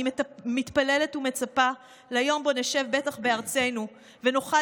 אני מתפללת ומצפה ליום שבו נשב בטח בארצנו ונוכל